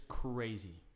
crazy